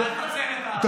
אבל תוצרת הארץ.